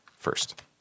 first